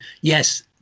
yes